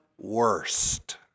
worst